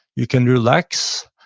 you can relax.